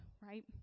Right